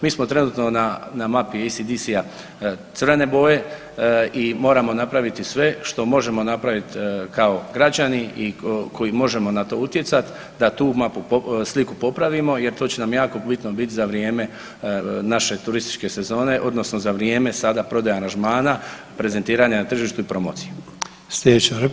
Mi smo trenutno na mapi ECDC-a crvene boje i moramo napraviti sve što možemo napraviti kao građani i koji možemo na to utjecati da tu mapu, sliku popravimo jer to će nam jako bitno biti za vrijeme naše turističke sezone odnosno za vrijeme sada prodaje aranžmana, prezentiranja na tržištu i promociji.